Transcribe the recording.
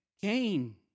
Cain